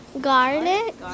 garlic